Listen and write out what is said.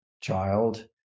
child